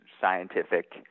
scientific